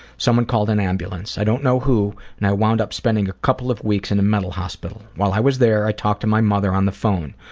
someone called an ambulance. i don't know who and i wound up spending a couple of weeks in a mental hospital. while i was there i talked to my mother on the phone.